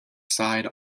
side